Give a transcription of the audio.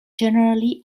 generally